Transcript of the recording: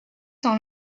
dans